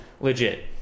legit